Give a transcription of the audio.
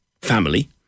family